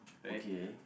okay